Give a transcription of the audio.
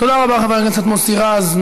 תודה רבה, חבר הכנסת מוסי רז.